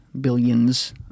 billions